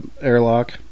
airlock